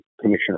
Commissioner